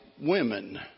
women